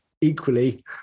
equally